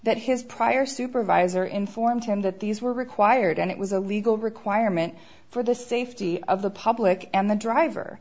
that his prior supervisor informed him that these were required and it was a legal requirement for the safety of the public and the driver